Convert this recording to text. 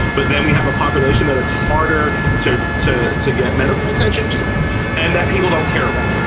but then we have a population that it's harder to to to get medical attention to and that people don't care about.